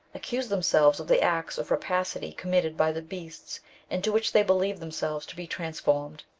accuse themselves of the acts of rapacity committed by the beasts into which they believed themselves to be trans formed.